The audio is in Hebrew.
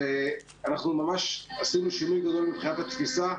אנחנו ממש עשינו שינוי גדול מבחינת התפיסה.